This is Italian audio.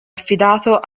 affidato